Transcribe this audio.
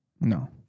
No